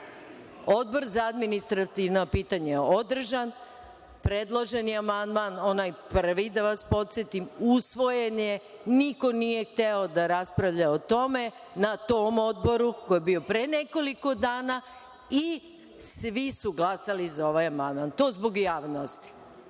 Odbor za administrativna pitanja je održan, predložen je amandman onaj prvi, da vas podsetim, usvojen je, niko nije hteo da raspravlja o tome na tom odboru koji je bio pre nekoliko dana i svi su glasali za ovaj amandman.(Aleksandra